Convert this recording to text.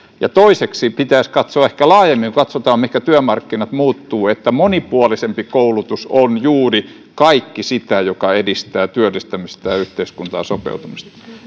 ja toiseksi pitäisi katsoa ehkä laajemmin kun katsotaan mihinkä työmarkkinat muuttuvat että monipuolisempi koulutus on kaikki juuri sitä joka edistää työllistymistä ja yhteiskuntaan sopeutumista